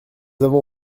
avons